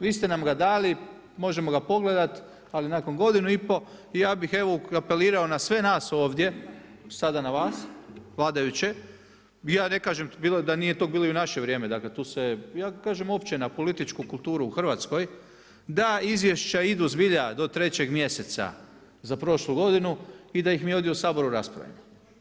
Vi ste nam ga dali, možemo ga pogledati, ali nakon godine i pol, ja bih evo apelirao na sve nas ovdje, sada na vas, vladajuće, ja ne kažem da nije tog bilo u i naše vrijeme, dakle ja kažem, uopće na političku kulturu u Hrvatskoj, da izvješća idu zbilja do trećeg mjeseca za prošlu godinu, i da ih mi ovdje u Saboru raspravimo.